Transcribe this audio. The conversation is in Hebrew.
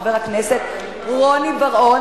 חבר הכנסת רוני בר-און,